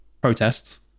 protests